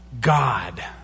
God